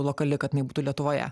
lokali kad jinai būtų lietuvoje